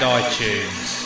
iTunes